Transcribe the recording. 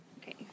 Okay